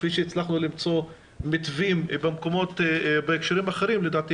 כפי שהצלחנו למצוא מתווים במקומות ובהקשרים אחרים לדעתי